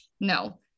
No